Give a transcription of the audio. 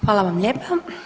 Hvala vam lijepa.